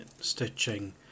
stitching